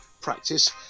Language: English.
practice